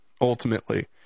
ultimately